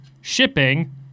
shipping